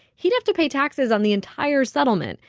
he'd have to pay taxes on the entire settlement,